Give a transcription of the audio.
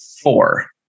Four